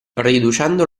riducendo